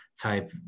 type